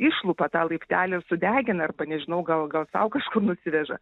išlupa tą laiptelį ir sudegina arba nežinau gal gal sau kažkur nusiveža